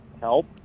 help